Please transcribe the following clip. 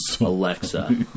Alexa